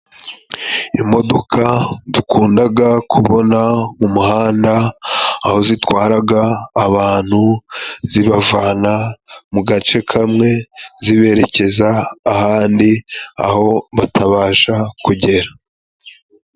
Imodoka dukundaga kubona mu muhanda, aho zitwaraga abantu zibavana mu gace kamwe ziberekeza ahandi aho batabasha kugera.